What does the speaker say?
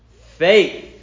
faith